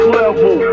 level